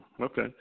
Okay